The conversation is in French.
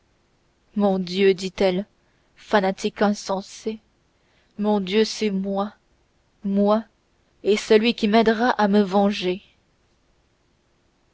mon dieu dit-elle fanatique insensé mon dieu c'est moi moi et celui qui m'aidera à me venger